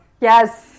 Yes